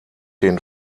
den